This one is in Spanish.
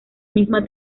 misma